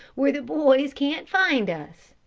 where the boys can't find us.